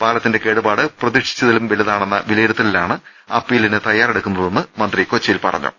പാലത്തിന്റെ കേടുപാട് പ്രതീ ക്ഷിച്ചതിലും വലുതാണെന്ന വിലയിരുത്തലിലാണ് അപ്പീലിന് തയ്യാ റെടുക്കുന്ന്തെന്ന് മന്ത്രി കൊച്ചിയിൽ പറഞ്ഞു